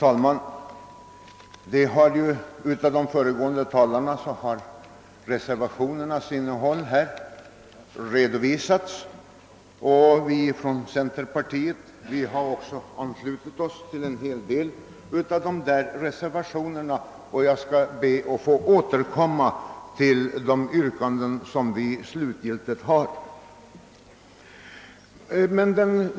Herr talman! Av de föregående talarna har reservationernas innehåll här redovisats, och vi från centerpartiet har också anslutit oss till en hel del av dessa reservationer. Jag skall be att få åter komma till de yrkanden som vi slutgiltigt har att ställa.